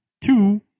Two